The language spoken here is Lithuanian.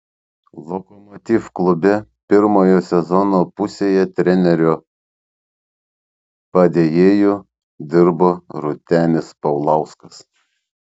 lokomotiv klube pirmoje sezono pusėje trenerio padėjėju dirbo rūtenis paulauskas